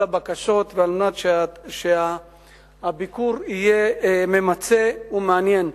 הבקשות ועל מנת שהביקור יהיה ממצה ומעניין.